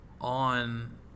on